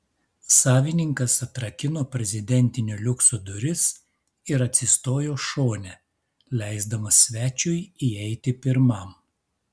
savininkas atrakino prezidentinio liukso duris ir atsistojo šone leisdamas svečiui įeiti pirmam